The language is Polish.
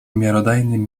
miarodajnym